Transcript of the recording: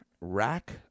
Rack